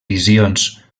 visions